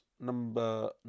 number